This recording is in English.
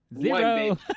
zero